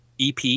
EP